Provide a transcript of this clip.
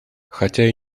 хотя